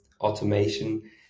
automation